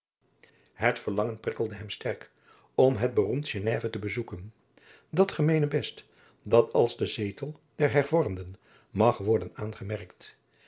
het verlangen prikkelde hem sterk om het beroemd geneve te bezoeken dat gemeenebest dat als de zetel der hervormden mag worden aangemerkt